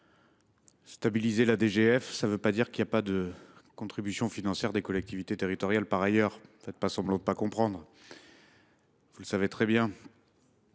stabiliser la DGF ne signifie pas qu’il n’y aura pas de contribution financière des collectivités territoriales par ailleurs ! Ne faites pas semblant de ne pas comprendre, vous le savez très bien.